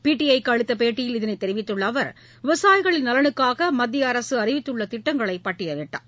PTI க்கு அளித்த பேட்டியில் இதனைத் தெரிவித்துள்ள அவர் விவசாயிகளின் நலனுக்காக மத்திய அரசு அறிவித்துள்ள திட்டங்களை பட்டியலிட்டார்